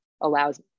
allows